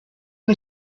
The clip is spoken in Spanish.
una